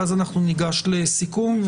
ואז אנחנו ניגש לסיכום,